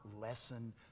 lessen